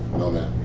no, ma'am.